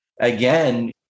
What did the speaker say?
again